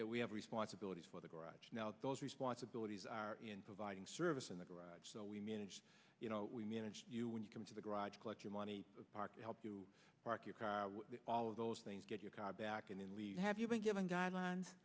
that we have responsibilities for the garage now those responsibilities are in providing service in the garage so we manage we manage you when you come to the garage collect your money parked help you park your car all of those things get your car back in and we have you been given guidelines